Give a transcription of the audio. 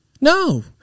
no